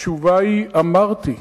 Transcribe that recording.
התשובה היא: אמרתי.